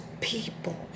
people